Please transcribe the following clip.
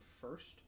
first